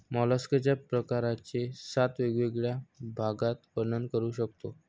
मॉलस्कच्या प्रकारांचे सात वेगवेगळ्या भागात वर्णन करू शकतो